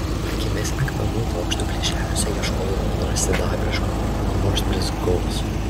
akimis akmenų bokštų plyšeliuose ieškojau ko nors sidabriško ko nors blizgaus